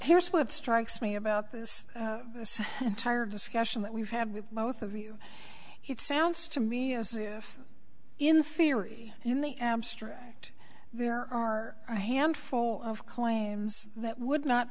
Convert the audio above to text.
here's what strikes me about this entire discussion that we've had with both of you it sounds to me as if in theory in the abstract there are a handful of claims that would not